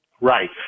Right